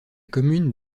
commune